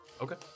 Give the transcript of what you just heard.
Okay